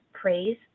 praise